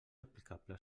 aplicable